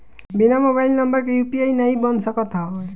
बिना mobile number के UPI नाइ बन सकत हवे